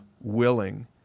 willing